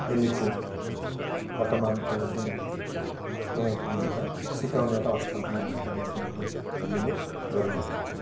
अहिलेको वर्तमानको जुन नयाँ पिँढीहरूलाई सिकाउने र हस्तान्तरण गर्ने कार्यक्रमहरू हामीले गरिरहेको छौँ